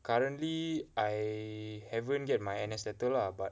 currently I haven't get my N_S letter lah but